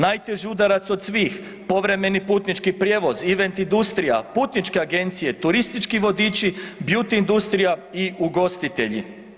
Najteži udarac od svih povremeni putnički prijevoz, event industrija, putničke agencije, turistički vodiči, beauty industrija i ugostitelji.